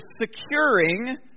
securing